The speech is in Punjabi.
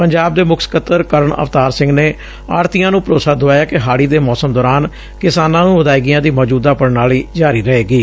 ਪੰਜਾਬ ਦੇ ਮੁੱਖ ਸਕੱਤਰ ਕਰਨ ਅਵਤਾਰ ਸਿੰਘ ਨੇ ਆੜੁਤੀਆਂ ਨੂੰ ਭਰੋਸਾ ਦੁਆਇਐ ਕਿ ਹਾੜੀ ਦੇ ਮੌਸਮ ਦੌਰਾਨ ਕਿਸਾਨਾਂ ਨੁੰ ਅਦਾਇਗੀਆਂ ਦੀ ਮੌਜੁਦਾ ਪ੍ਣਾਲੀ ਜਾਰੀ ਰਹੇਗੀ